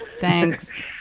Thanks